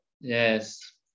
Yes